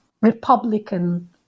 republican